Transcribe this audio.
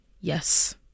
yes